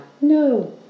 No